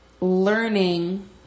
learning